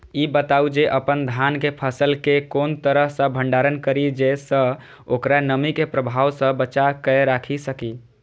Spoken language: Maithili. ई बताऊ जे अपन धान के फसल केय कोन तरह सं भंडारण करि जेय सं ओकरा नमी के प्रभाव सं बचा कय राखि सकी?